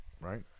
right